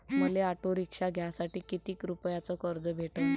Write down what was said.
मले auto rickshaw घ्यासाठी कितीक रुपयाच कर्ज भेटनं?